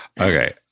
Okay